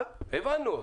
הבנו.